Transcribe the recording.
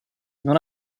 non